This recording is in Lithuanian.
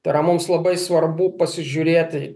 tai yra mums labai svarbu pasižiūrėti